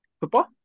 football